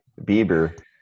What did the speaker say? Bieber